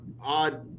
odd